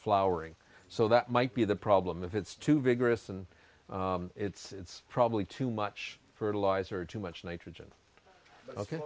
flowering so that might be the problem if it's too vigorous and it's probably too much fertilizer too much nitrogen ok